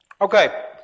Okay